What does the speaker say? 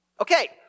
Okay